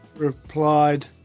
Replied